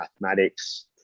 mathematics